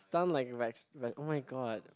stun like veg~ ve~ [oh]-my-god